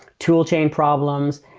tool chain problems.